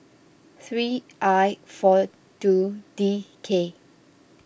three I four two D K